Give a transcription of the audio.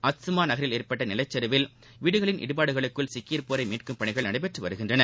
அத்சமாநகரில் ஏற்பட்டநிலச்சரிவுகளில் வீடுகளின் இடிபாடுகளுக்குள் சிக்கி இருப்போரைமீட்கும் பணிகள் நடைபெற்றுவருகின்றன